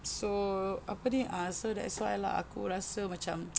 so apa ni uh so that's why lah aku rasa macam